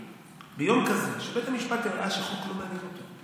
ביום כזה שבית המשפט הראה שהחוק לא מעניין אותו,